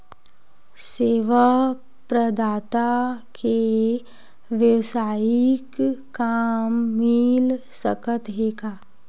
सेवा प्रदाता के वेवसायिक काम मिल सकत हे का?